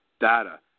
data